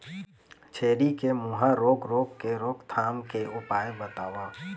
छेरी के मुहा रोग रोग के रोकथाम के उपाय बताव?